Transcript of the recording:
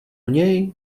něj